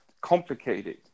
complicated